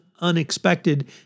unexpected